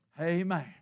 Amen